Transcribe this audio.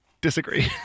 Disagree